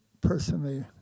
personally